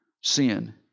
Sin